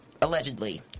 allegedly